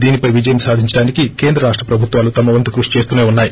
దీనిపై విజయం సాధించిటానికి కేంద్ర రాష్ట ప్రభుత్వాలు తమ వంతు కృషి చేస్తునే ఉన్నాయి